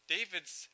David's